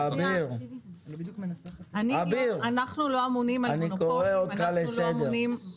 אביר, אני קורא אותך לסדר.